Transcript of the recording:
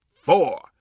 four